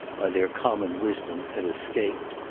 by their common wisdom, had escaped.